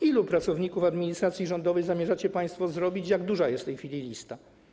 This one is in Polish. Ilu pracowników administracji rządowej zamierzacie państwo zwolnić, jak duża jest w tej chwili lista?